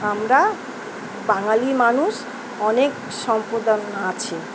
আমরা বাঙালি মানুষ অনেক সম্প্রদান আছে